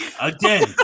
again